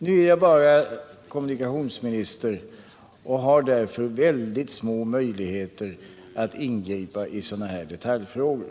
Nu är jag bara kommunikationsminister och har mycket små möjligheter att ingripa i sådana här detaljfrågor.